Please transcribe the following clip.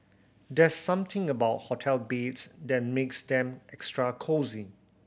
there's something about hotel beds that makes them extra cosy